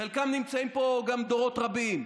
חלקם נמצאים פה גם דורות רבים.